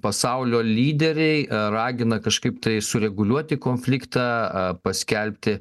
pasaulio lyderiai ragina kažkaip tai sureguliuoti konfliktą paskelbti